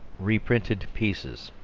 reprinted pieces